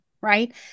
Right